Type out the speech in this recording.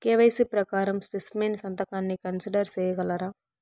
KYC ప్రకారం specimen సంతకాన్ని consider సేయగలరా?